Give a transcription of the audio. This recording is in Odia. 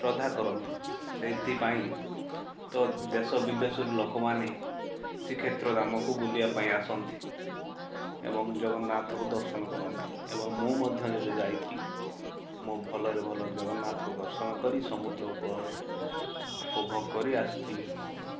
ଶ୍ରଦ୍ଧା କରନ୍ତି ସେଇଥିପାଇଁ ତ ଦେଶ ବିଦେଶରୁ ଲୋକମାନେ ଶ୍ରୀକ୍ଷେତ୍ର ଧାମକୁ ବୁଲିବା ପାଇଁ ଆସନ୍ତି ଏବଂ ଜଗନ୍ନାଥଙ୍କୁ ଦର୍ଶନ କରନ୍ତି ଏବଂ ମୁଁ ମଧ୍ୟ ଯେବେ ଯାଇଥିଲି ମୁଁ ଭଲରେ ଭଲରେ ଜଗନ୍ନାଥଙ୍କୁ ଦର୍ଶନ କରି ସମୁଦ୍ର କୂଳରେ ଉପଭୋଗ କରି ଆସିଥିଲି